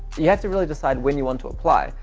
you have to really decide when you want to apply.